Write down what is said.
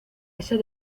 ese